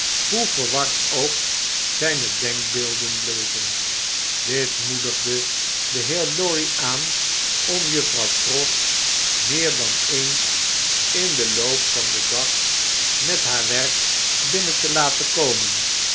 hoe verward ook zgne denkbeelden bleven dit moedigde den heer lorry aan om juffrouw pross meer dan eens in den loop van den dag met haar werk binnen te laten komen